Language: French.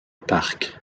parc